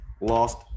Lost